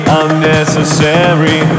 unnecessary